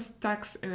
tax